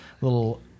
little